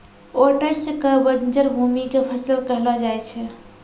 oats कॅ बंजर भूमि के फसल कहलो जाय छै